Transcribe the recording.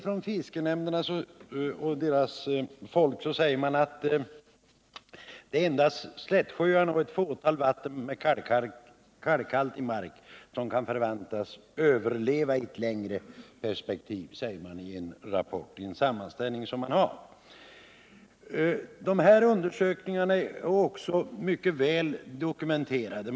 Fiskenämnderna säger i en sammanställning att det är endast slättsjöarna och ett fåtal vattendrag med kalkhaltig mark som kan förväntas överleva i ett längre perspektiv. Dessa undersökningar är också mycket väl dokumenterade.